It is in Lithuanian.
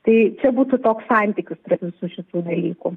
tai čia būtų toks santykis visų šitų dalykų